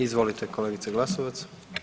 Izvolite kolegice Glasovac.